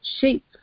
shape